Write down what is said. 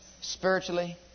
spiritually